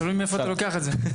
תלוי מאיפה אתה לוקח את זה.